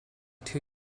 two